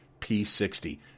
P60